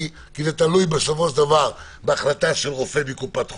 כי זה תלוי בסופו של דבר בהחלטה של רופא מקופת חולים.